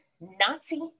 Nazi